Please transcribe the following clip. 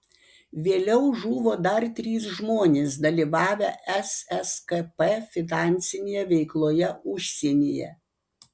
vėliau žuvo dar trys žmonės dalyvavę sskp finansinėje veikloje užsienyje